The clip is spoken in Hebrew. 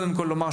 קודם כל,